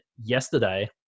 yesterday